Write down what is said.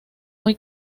muy